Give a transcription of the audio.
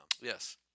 yes